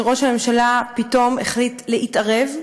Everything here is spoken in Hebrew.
שראש הממשלה פתאום החליט להתערב בזה.